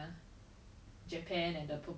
very very long way